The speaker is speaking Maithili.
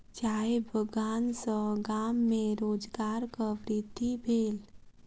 चाय बगान सॅ गाम में रोजगारक वृद्धि भेल